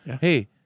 hey